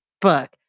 book